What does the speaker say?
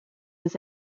was